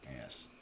Yes